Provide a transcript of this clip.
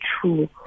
true